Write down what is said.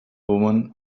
woman